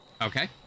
Okay